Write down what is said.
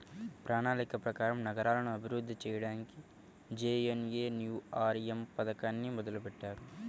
ప్రణాళిక ప్రకారం నగరాలను అభివృద్ధి చెయ్యడానికి జేఎన్ఎన్యూఆర్ఎమ్ పథకాన్ని మొదలుబెట్టారు